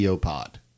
pod